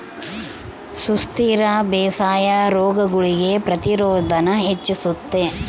ಸುಸ್ಥಿರ ಬೇಸಾಯಾ ರೋಗಗುಳ್ಗೆ ಪ್ರತಿರೋಧಾನ ಹೆಚ್ಚಿಸ್ತತೆ